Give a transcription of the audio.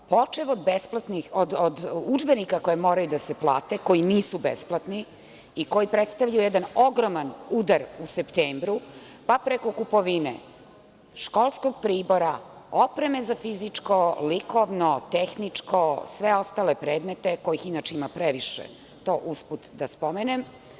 Počev od besplatnih udžbenika koji moraju da se plate, koji nisu besplatni i koji predstavljaju jedan ogroman udar u septembru, pa preko kupovine školskog pribora, opreme za fizičko, likovno, tehničko, sve ostale predmete kojih inače ima previše, to usput da spomenem.